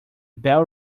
bell